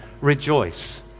rejoice